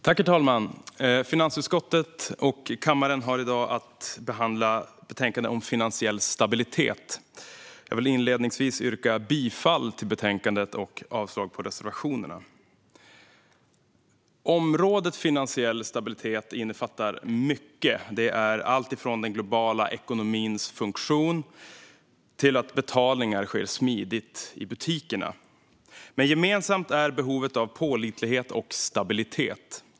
Herr talman! Kammaren har i dag att behandla finansutskottets betänkande om finansiell stabilitet. Jag vill inledningsvis yrka bifall till utskottets förslag i betänkandet och avslag på reservationerna. Området finansiell stabilitet innefattar mycket: alltifrån den globala ekonomins funktion till att betalningar sker smidigt i butikerna. Men gemensamt är behovet av pålitlighet och stabilitet.